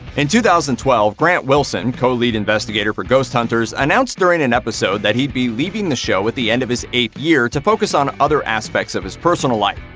in two thousand and twelve, grant wilson, co-lead investigator for ghost hunters, announced during an episode that he'd be leaving the show at the end of his eighth year to focus on other aspects of his personal life.